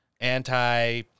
anti